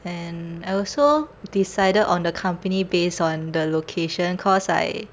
and I also decided on the company based on the location cause I